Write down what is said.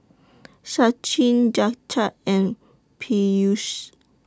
Sachin Jagat and Peyush